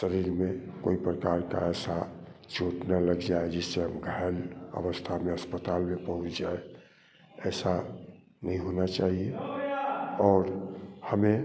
शरीर में कोई प्रकार का ऐसा चोट ना लग जाए जिससे हम घायल अवस्था में अस्पताल में पहुँच जाए ऐसा नहीं होना चाहिए और हमें